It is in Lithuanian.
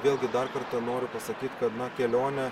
vėlgi dar kartą noriu pasakyt kad na kelionė